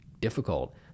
difficult